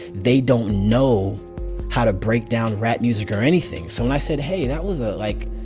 they don't know how to break down rap music or anything. so when i said, hey, that was a, like,